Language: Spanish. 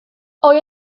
hoy